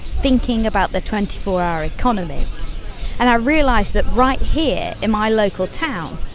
thinking about the twenty four hour economy and i realised that right here in my local town,